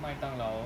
麦当劳